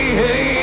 hey